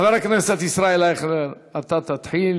חבר הכנסת ישראל אייכלר, אתה תתחיל.